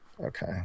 okay